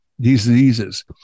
diseases